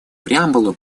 преамбулы